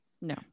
No